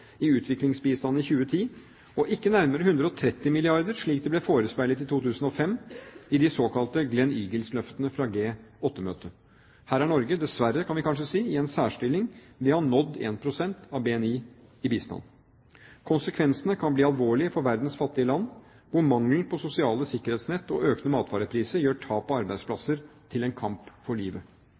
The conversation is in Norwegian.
i utviklingsbistand i 2010 og ikke nærmere 130 milliarder, slik det ble forespeilet i 2005 i de såkalte Gleneagles-løftene fra G8-møtet. Her er Norge – dessverre, kan vi kanskje si – i en særstilling ved å ha nådd 1 pst. av BNI i bistand. Konsekvensene kan bli alvorlige for verdens fattige land, hvor mangelen på sosiale sikkerhetsnett og økende matvarepriser gjør tap av arbeidsplasser til en kamp for livet.